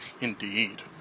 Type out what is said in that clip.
indeed